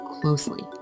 closely